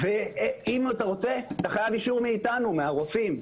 אם אתה רוצה, אתה חייב אישור מאיתנו, מהרופאים.